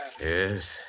Yes